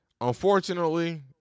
Unfortunately